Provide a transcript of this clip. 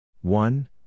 one